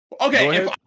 okay